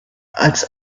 als